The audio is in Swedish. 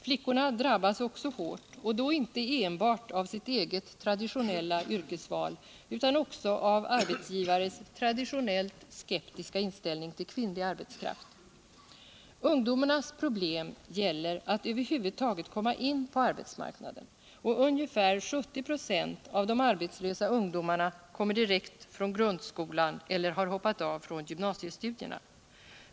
Flickorna drabbas också hårt och då inte enbart av sitt eget traditionella yrkesval utan också av arbetsgivares traditionellt skeptiska inställning till kvinnlig arbetskraft. Ungdomarnas problem gäller att över huvud taget komma in på arbetsmarknaden, och ungefär 70 25 av de arbetslösa ungdomarna kommer direkt från grundskolan eller har hoppat av från gymnasiestudierna.